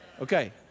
Okay